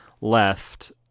left